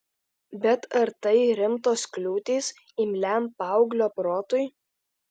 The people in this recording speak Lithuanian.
bet ar tai rimtos kliūtys imliam paauglio protui